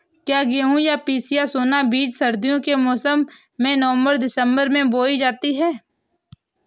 क्या गेहूँ या पिसिया सोना बीज सर्दियों के मौसम में नवम्बर दिसम्बर में बोई जाती है?